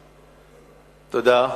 תודה.